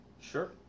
Sure